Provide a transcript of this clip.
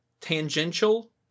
tangential